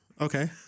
Okay